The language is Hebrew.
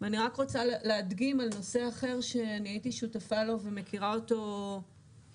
ואני רוצה רק להדגים על נושא אחר שהייתי שותפה לו ומכירה אותו היטב,